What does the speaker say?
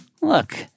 look